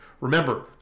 Remember